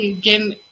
game